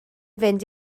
fynd